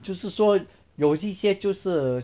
就是说有一些就是